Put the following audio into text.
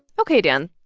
ok, dan.